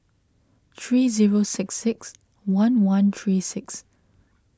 three zero six six one one three six